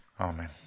Amen